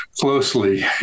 closely